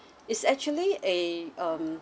is actually a um